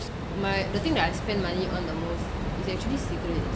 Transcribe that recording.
my the thing that I spend money on the move they actually disagree